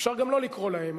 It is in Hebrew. אפשר גם לא לקרוא להם.